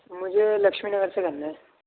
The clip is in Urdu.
مجھے لکشمی نگر سے کرنا ہے